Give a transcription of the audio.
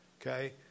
Okay